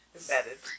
Embedded